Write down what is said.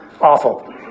Awful